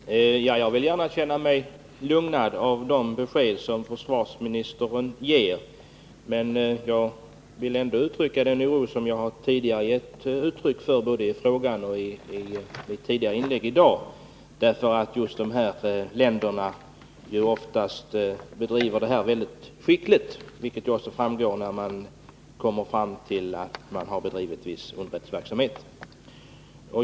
Herr talman! Jag vill gärna känna mig lugnad av de besked som försvarsministern ger. Den oro som jag gett uttryck för både i min fråga och i mitt tidigare inlägg här i dag är dock motiverad just med hänsyn till att de här länderna bedriver sin verksamhet mycket skickligt. Det har ju framgått att viss underrättelseverksamhet bedrivits.